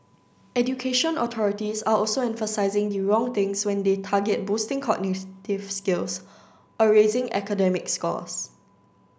education authorities are also emphasising the wrong things when they target boosting cognitive skills or raising academic scores